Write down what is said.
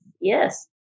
Yes